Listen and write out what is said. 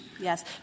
Yes